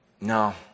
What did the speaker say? No